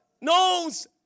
knows